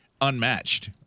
Unmatched